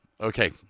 Okay